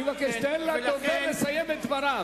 אני מבקש: תן לדובר לסיים את דבריו.